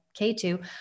K2